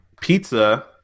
pizza